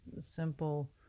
simple